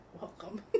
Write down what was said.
Welcome